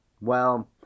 Well